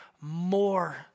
more